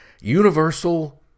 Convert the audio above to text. Universal